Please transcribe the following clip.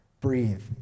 Breathe